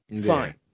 fine